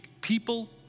people